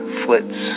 flits